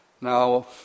Now